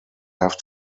have